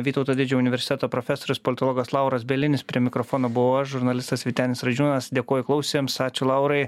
vytauto didžiojo universiteto profesorius politologas lauras bielinis prie mikrofono buvau aš žurnalistas vytenis radžiūnas dėkoju klausiusiems ačiū laurai